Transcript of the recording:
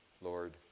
Lord